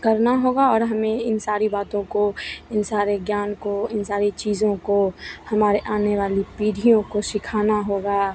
करना होगा और हमें इन सारी बातों को इन सारे ज्ञान को इन सारी चीज़ों को हमारे आने वाली पीढ़ियों को सिखाना होगा